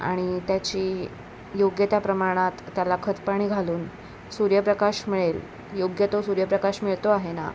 आणि त्याची योग्य त्या प्रमाणात त्याला खतपाणी घालून सूर्यप्रकाश मिळेल योग्य तो सूर्यपकाश मिळतो आहे ना